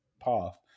path